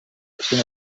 sinó